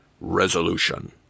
resolution